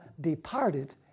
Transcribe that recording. departed